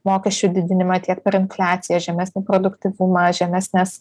mokesčių didinimą tiek per infliaciją žemesnį produktyvumą žemesnes